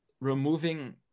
removing